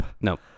No